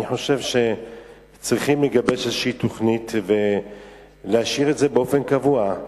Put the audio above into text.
אני חושב שצריכים לגבש איזו תוכנית ולהשאיר את זה באופן קבוע,